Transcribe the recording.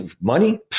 money